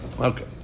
Okay